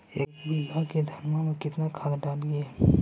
एक बीघा धन्मा में केतना खाद डालिए?